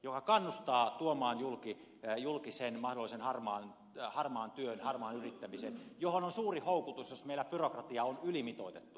mikä kannustaa tuomaan julki sen mahdollisen harmaan työn harmaan yrittämisen johon on suuri houkutus jos meillä byrokratia on ylimitoitettua